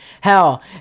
hell